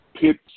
pits